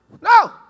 No